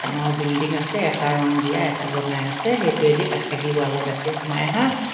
ডাঙৰ বিল্ডিং আছে এটা ৰং দিয়া এটা বনাই আছে সেইটোৱেদি কাষেদি ৱালৰ দাঁতিয়ে সোমাই আহাঁ